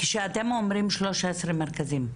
כשאתם אומרים 13 מרכזים,